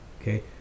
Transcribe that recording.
Okay